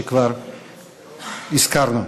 שכבר הזכרנו.